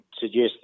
suggest